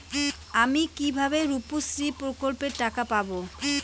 আমি কিভাবে রুপশ্রী প্রকল্পের টাকা পাবো?